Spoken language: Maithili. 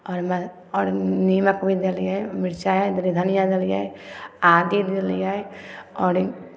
आओर म आओर निमक भी देलियै मिरचाइ देलियै धनिया देलियै आदी देलियै आओर